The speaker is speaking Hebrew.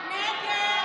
הודעת הממשלה